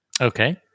Okay